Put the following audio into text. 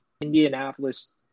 Indianapolis